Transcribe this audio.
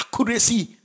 accuracy